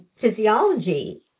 physiology